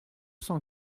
cent